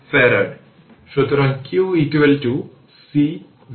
সুতরাং আমি আবার সেই এক্সপ্রেশন এ ফিরে যাব